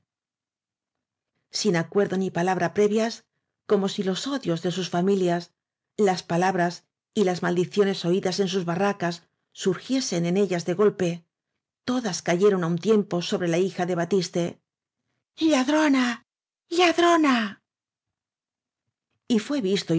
sin acuerdo ni palabra previas como si los odios de sus familias las palabras y maldicio nes oidas en sus barracas surgiesen en ellas de golpe todas cayeron á un tiempo sobre la hija de batiste lladroná lladrona y fué visto